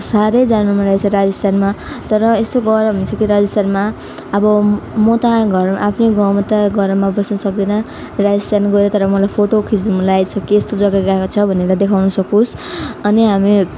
साह्रै जान मनलागेको छ राजस्थानमा तर यस्तो गरम हुन्छ कि राजस्थानमा अब म त घरमा आफ्नै गाउँमा गरममा बस्न सक्दिनँ राजस्थान गयो तर मलाई फोटो खिच्नु मनलागेको छ कि यस्तो जग्गा गएको छ भनेर देखाउन सकियोस् अनि हामी